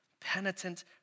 Penitent